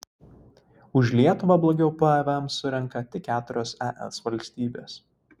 už lietuvą blogiau pvm surenka tik keturios es valstybės